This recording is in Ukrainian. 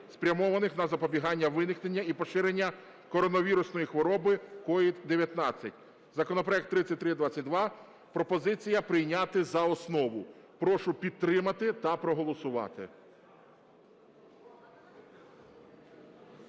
спрямованих на запобігання виникнення і поширення коронавірусної хвороби (COVID-19). Законопроект 3322. Пропозиція - прийняти за основу. Прошу підтримати та проголосувати.